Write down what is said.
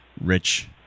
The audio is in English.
rich